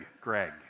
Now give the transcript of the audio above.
Greg